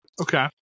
Okay